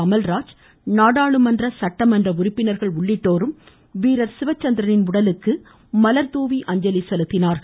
அமல்ராஜ் நாடாளுமன்ற சட்டமன்ற உறுப்பினா்கள் காவல் துறையினா் உள்ளிட்டோரும் வீரா் சிவசந்திரனின் உடலுக்கு மலர்தூவி அஞ்சலி செலுத்தினார்கள்